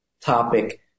topic